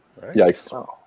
Yikes